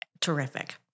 terrific